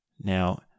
now